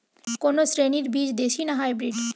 কোন শ্রেণীর বীজ দেশী না হাইব্রিড?